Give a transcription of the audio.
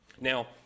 Now